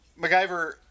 MacGyver